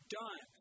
done